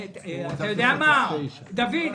דוד,